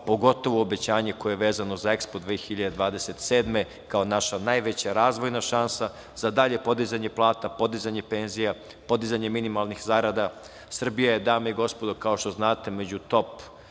pogotovo obećanje koje je vezano za EKSPO 2027. godine kao naša najveća razvojna šansa za dalje podizanje plata, podizanje penzija, podizanje minimalnih zarada. Srbija je, dame i gospodo, kao što znate, među top